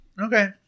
okay